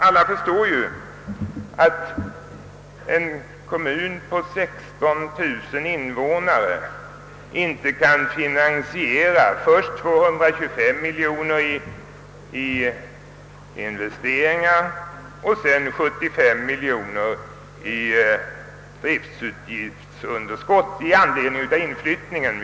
Alla förstår att en kommun på 16 000 invånare inte kan finansiera först 225 miljoner i investeringar och därpå 75 miljoner i driftbudgetunderskott i anledning av inflyttning.